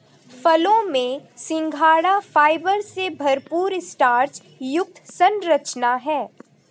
फलों में सिंघाड़ा फाइबर से भरपूर स्टार्च युक्त संरचना है